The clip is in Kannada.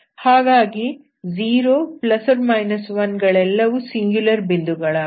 ಹಾಗಾಗಿ 0 ±1 ಗಳೆಲ್ಲವೂ ಸಿಂಗ್ಯುಲರ್ ಬಿಂದುಗಳಾಗಿವೆ